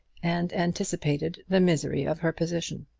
and anticipated the misery of her position.